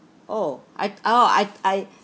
oh I oh I I